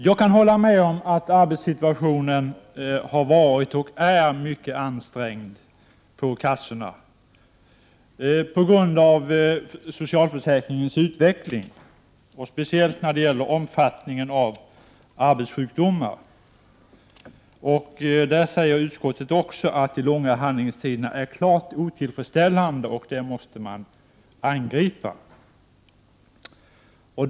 Jag håller med om att arbetssituationen på kassorna, på grund av socialförsäkringens utveckling och särskilt när det gäller omfattningen av arbetssjukdomar, har varit — och är — mycket ansträngd. Även utskottet säger att de långa handläggningstiderna är helt otillfredsställande och att man måste angripa detta problem.